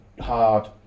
hard